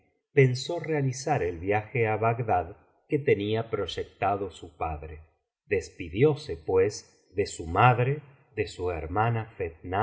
pensó realizar el viaje á bagdad que tenía proyectado su padre despidióse pues de su madre de su hermana